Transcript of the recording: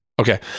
Okay